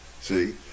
See